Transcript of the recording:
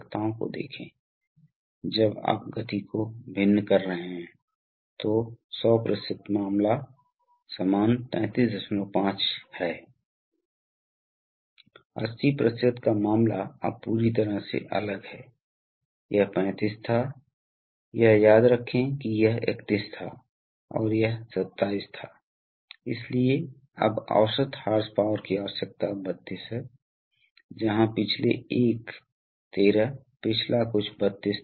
इसलिए कभी कभी आप वास्तव में वातावरण में छोड़ने से पहले यह होना चाहिए इस तेल को फ़िल्टर किया जाना चाहिए क्योंकि यह फ़िल्टरिंग रेगुलेशन और लुब्रिकेशन बहुत ही सामान्य आवश्यकताएं हैं इसलिए हम जानते हैं कि हमारे पास कॉम्बो इकाइयां हैं जहां यह फ़िल्टर रेगुलेटर लुब्रिकेटर को एक साथ डिज़ाइन किया गया है इसलिए फ़िल्टर रेगुलेटर लुब्रिकेटर इकाई आमतौर पर यह एक प्रतीक है